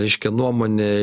reiškia nuomonė